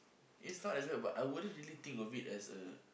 it's not as bad but I wouldn't really think of it as a